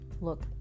look